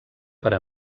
per